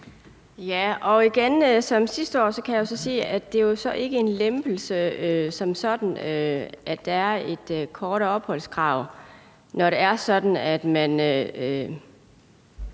(RV): Igen som sidste år kan jeg så sige, at det som sådan ikke er en lempelse, at der er et kort opholdskrav, når det er sådan, at man